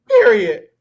Period